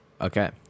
Okay